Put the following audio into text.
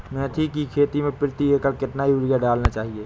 मेथी के खेती में प्रति एकड़ कितनी यूरिया डालना चाहिए?